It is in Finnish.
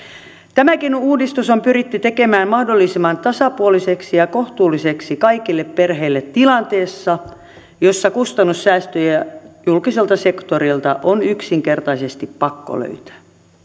tämäkin uudistus on pyritty tekemään mahdollisimman tasapuoliseksi ja kohtuulliseksi kaikille perheille tilanteessa jossa kustannussäästöjä julkiselta sektorilta on yksinkertaisesti pakko löytää